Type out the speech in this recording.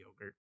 yogurt